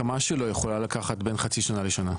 הקמה שלו יכולה לקחת בין חצי שנה לשנה.